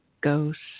ghosts